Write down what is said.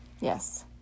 Yes